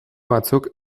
batzuk